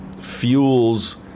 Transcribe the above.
fuels